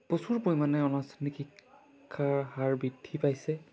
প্ৰচুৰ পৰিমাণে অনানুষ্ঠানিক শিক্ষাৰ হাৰ বৃদ্ধি পাইছে